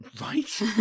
Right